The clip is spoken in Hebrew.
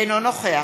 אינו נוכח